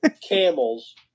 Camels